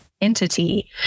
entity